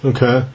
Okay